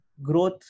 Growth